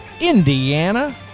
indiana